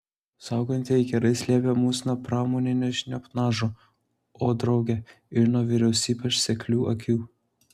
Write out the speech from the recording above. saugantieji kerai slėpė mus nuo pramoninio špionažo o drauge ir nuo vyriausybės seklių akių